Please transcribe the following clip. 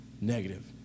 Negative